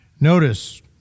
Notice